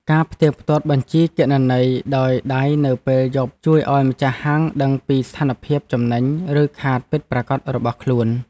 ការផ្ទៀងផ្ទាត់បញ្ជីគណនេយ្យដោយដៃនៅពេលយប់ជួយឱ្យម្ចាស់ហាងដឹងពីស្ថានភាពចំណេញ ឬខាតពិតប្រាកដរបស់ខ្លួន។